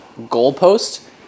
goalpost